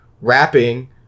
rapping